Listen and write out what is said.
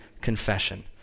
confession